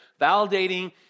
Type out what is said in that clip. validating